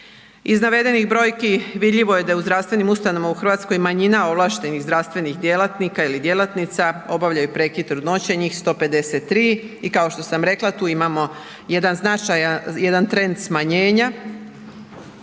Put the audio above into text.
Iz navedenih brojki vidljivo je da je u zdravstvenim ustanovama u Hrvatskoj manjina ovlaštenih zdravstvenih djelatnika ili djelatnica obavljaju prekid trudnoće, njih 153 i kao što rekla tu imamo jedan značajan, jedan trend smanjenja